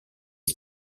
est